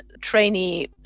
trainee